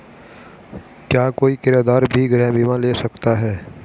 क्या कोई किराएदार भी गृह बीमा ले सकता है?